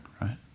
right